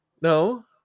No